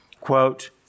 quote